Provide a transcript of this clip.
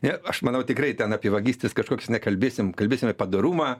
ne aš manau tikrai ten apie vagystes kažkokias nekalbėsim kalbėsim apie padorumą